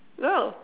girl